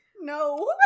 No